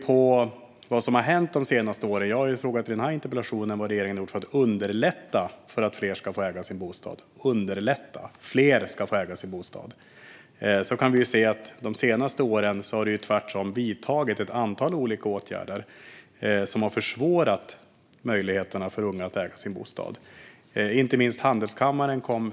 I den här interpellationen har jag frågat vad regeringen gör för att underlätta för fler att äga sin bostad, men de senaste åren har man tvärtom vidtagit ett antal olika åtgärder som har försvårat för unga att äga sin bostad.